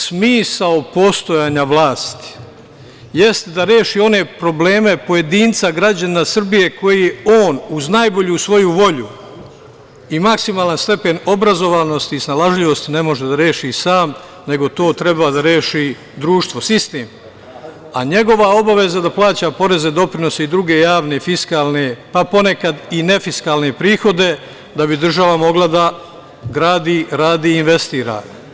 Smisao postojanja vlasti jeste da reši one probleme, pojedinca, građanina Srbije koji on uz najbolju svoju volju i maksimalan stepen obrazovanosti i snalažljivosti ne može da reši sam, nego to treba da reši društvo, sistem, a njegova obaveza je da plaća poreze, doprinose i druge javne, fiskalne, pa ponekad i nefiskalne prihode da bi država mogla da gradi, radi i investira.